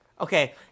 Okay